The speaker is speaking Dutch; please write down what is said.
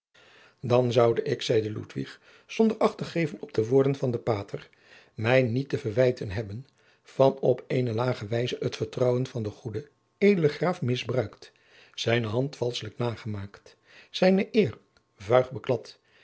dan zoude ik zeide ludwig zonder acht te geven op de woorden van den pater mij niet te verwijten hebben van op eene lage wijze het vertrouwen van den goeden edelen graaf misbruikt zijne hand valschelijk nagemaakt zijne eer vuig beklad